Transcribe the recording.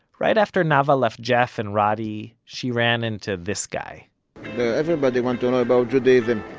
right after nava left jeff and roddie, she ran into this guy everybody want to know about judaism.